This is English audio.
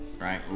right